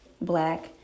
black